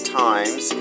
times